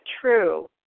true